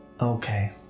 Okay